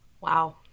wow